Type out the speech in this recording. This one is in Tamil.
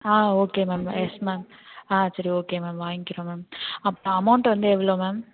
ஆ ஓகே மேம் யெஸ் மேம் ஆ சரி ஓகே மேம் வாங்கிக்கிறோம் மேம் அப் அமௌண்ட் வந்து எவ்வளோ மேம்